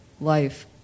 life